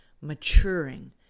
maturing